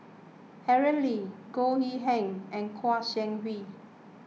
Aaron Lee Goh Yihan and Kouo Shang Wei